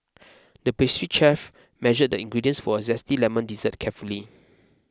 the pastry chef measured the ingredients for a Zesty Lemon Dessert carefully